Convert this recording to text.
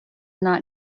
not